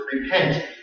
repent